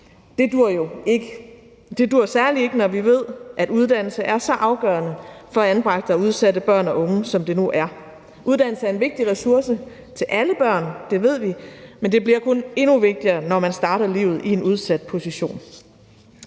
Det duer jo ikke, og det duer særlig ikke, når vi ved, at uddannelse er så afgørende for anbragte og udsatte børn og unge, som det nu er. Uddannelse er en vigtig ressource for alle børn – det ved vi – men det bliver kun endnu vigtigere, når man starter livet i en udsat position.